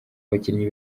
bakinnyi